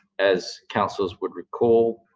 as councillors would recall,